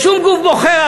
בשום גוף בוחר.